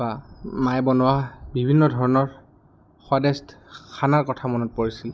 বা মায়ে বনোৱা বিভিন্ন ধৰণৰ সদেষ্ট খানাৰ কথা মনত পৰিছিল